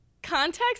context